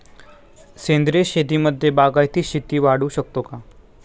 सेंद्रिय शेतीमध्ये बागायती शेती वाढवू शकतो का?